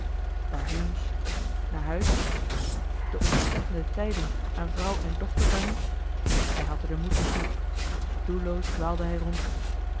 waarheen naar huis de ontzettende tijding aan vrouw en docheli heimans willem roda ter brengen hij had er den moed niet toe doelloos dwaalde hij rond